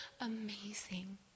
amazing